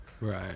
Right